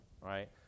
right